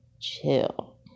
chill